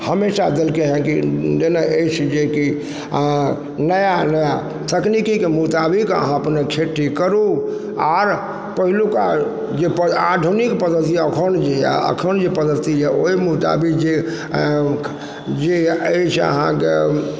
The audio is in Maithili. हमेशा देलकइ हइ कि देने अछि जे कि नया नया तकनीकीके मुताबिक अहाँ अपने खेती करू आओर पहिलुका जे पद्ध आधुनिक पद्धति एखन जे यऽ एखन जे पद्धति यऽ ओइ मुताबिक जे जे अछि अहाँके